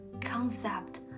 concept